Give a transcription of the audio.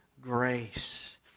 grace